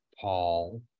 Paul